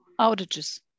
outages